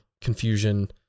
confusion